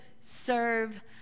serve